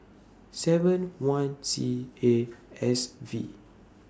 seven one C A S V